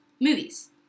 movies